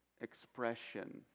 expression